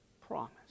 promise